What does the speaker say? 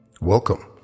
Welcome